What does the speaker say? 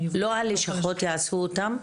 לא הלשכות יעשו אותן?